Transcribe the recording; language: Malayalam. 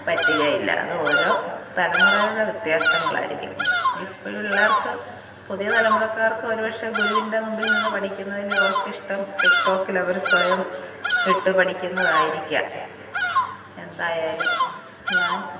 പറ്റുകയില്ല അത് ഓരോ തലമുറയിലുള്ള വ്യത്യാസങ്ങളായിരിക്കും ഇപ്പോഴത്തെ പിള്ളാർക്കു പുതിയ തലമുറക്കാർക്ക് ഒരുപക്ഷെ ഗുരുവിൻ്റെ മുമ്പിൽ നിന്നു പഠിക്കുന്നതിലും അവർക്കിഷ്ടം ടിിക്ടോക്കില് അവര് സ്വയം ഇട്ടു പഠിക്കുന്നതായിരിക്കാം എന്തായാലും ഞാൻ